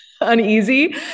uneasy